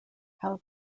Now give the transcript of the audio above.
how